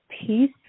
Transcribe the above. peace